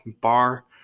bar